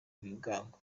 ibigango